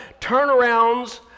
Turnarounds